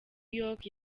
york